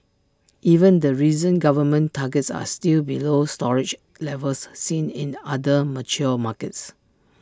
even the recent government targets are still below storage levels seen in other mature markets